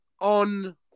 on